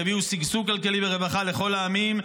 יביאו שגשוג כלכלי ורווחה לכל העמים,